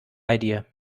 idea